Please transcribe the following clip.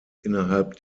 innerhalb